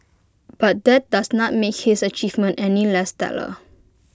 but that does not make his achievements any less stellar